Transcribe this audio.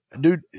dude